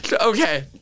okay